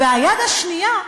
והיד השנייה,